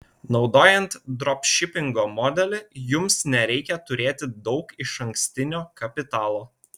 naudojant dropšipingo modelį jums nereikia turėti daug išankstinio kapitalo